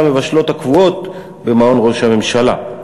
למבשלות הקבועות במעון ראש הממשלה.